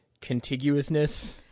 contiguousness